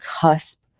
cusp